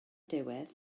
diwedd